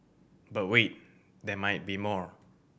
but wait there might be more